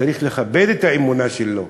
צריך לכבד את האמונה שלו.